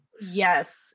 yes